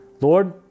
Lord